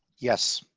yes.